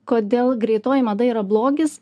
kodėl greitoji mada yra blogis